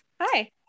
Hi